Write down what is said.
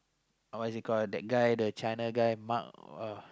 what is it called that guy the China guy Mark what